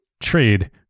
trade